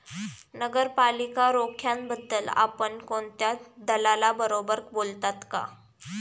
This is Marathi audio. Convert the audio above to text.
नगरपालिका रोख्यांबद्दल आपण कोणत्या दलालाबरोबर बोललात का?